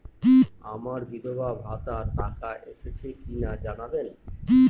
আমার বিধবাভাতার টাকা এসেছে কিনা জানাবেন?